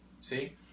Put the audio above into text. See